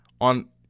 on –